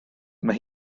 mae